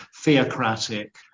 theocratic